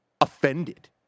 offended